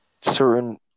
certain